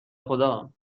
خدا